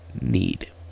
need